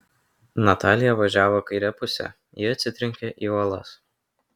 natalija važiavo kaire puse ji atsitrenkia į uolas